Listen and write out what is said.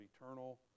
eternal